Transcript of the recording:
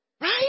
right